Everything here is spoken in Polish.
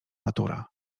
natura